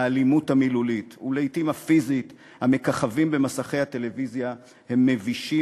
האלימות המילולית ולעתים הפיזית המככבות במסכי הטלוויזיה הן מבישות